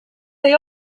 they